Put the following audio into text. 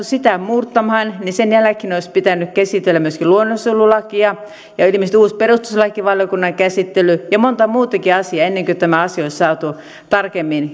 sitä muuttamaan niin sen jälkeen olisi pitänyt käsitellä myöskin luonnonsuojelulakia ja olisi tarvittu ilmeisesti uusi perustuslakivaliokunnan käsittely ja monta muutakin asiaa ennen kuin tämä asia olisi saatu tarkemmin